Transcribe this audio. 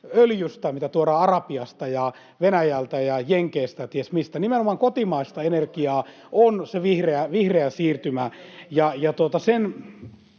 mitä tuodaan Arabiasta ja Venäjältä ja Jenkeistä ja ties mistä. [Petri Hurun välihuuto] Nimenomaan kotimaista energiaa on se vihreä siirtymä.